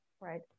right